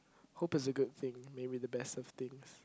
hope it's a good thing maybe the best of things